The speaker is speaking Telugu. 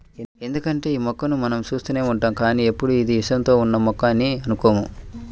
ఎందుకంటే యీ మొక్కని మనం చూస్తూనే ఉంటాం కానీ ఎప్పుడూ ఇది విషంతో ఉన్న మొక్క అని అనుకోము